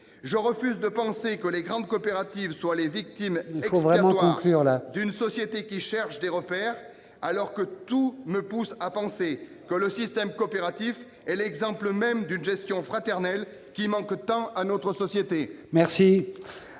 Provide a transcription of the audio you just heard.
Je refuse de croire que les grandes coopératives puissent être les victimes expiatoires d'une société en quête de repères, alors que tout me pousse à penser que le système coopératif est l'exemple même d'une gestion fraternelle, qui fait tant défaut à notre société.